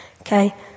Okay